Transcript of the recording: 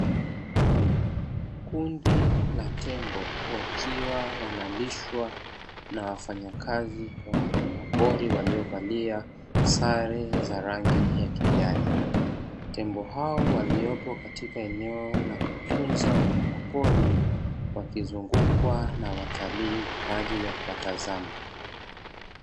Kundi la tembo wakiwa wanalishwa na wafanyakazi wa wanyama pori waliovalia sare za rangi ya kijani, tembo hao waliopo katika eneo la kutunza wanyama pori wakizungukwa na watalii kwa ajili ya kuwatazama.